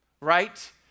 right